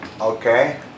Okay